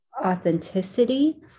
authenticity